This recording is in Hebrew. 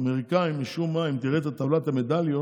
האמריקאים, משום מה, אם תראה את טבלת המדליות,